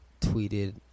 tweeted